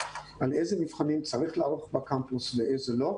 על איזה מבחנים צריך לערוך בקמפוס ואיזה לא.